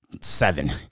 seven